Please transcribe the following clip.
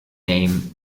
name